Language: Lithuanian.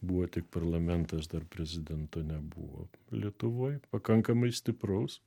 buvo tik parlamentas dar prezidento nebuvo lietuvoj pakankamai stiprus